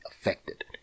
affected